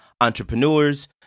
entrepreneurs